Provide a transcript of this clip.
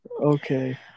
Okay